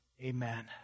amen